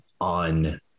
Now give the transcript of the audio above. on